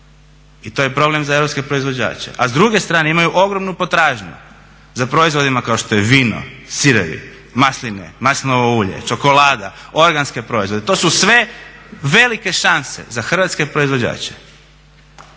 i to je problem za europske proizvođače, a s druge strane imaju ogromnu potražnju za proizvodima kao što je vino, sirevi, masline, maslinovo ulje, čokolada, organske proizvode. To su sve velike šanse za hrvatske proizvođače.